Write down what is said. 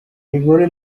inkuru